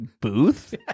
booth